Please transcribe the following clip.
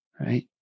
right